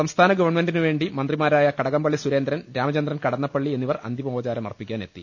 സംസ്ഥാന ഗവൺമെന്റിനുവേണ്ടി മന്ത്രിമാരായ കടകംപള്ളി സുരേന്ദ്രൻ രാമചന്ദ്രൻ കടന്നപ്പള്ളി എന്നിവർ അന്തിമോപചാ രമർപ്പിക്കാനെത്തി